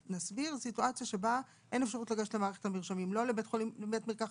"אישור המנכ"ל יפורסם באתר האינטרנט של משרד הבריאות בדף המיועד